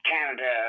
Canada